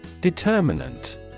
Determinant